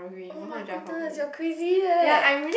[oh]-my-goodness you're crazy eh